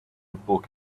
book